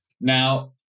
Now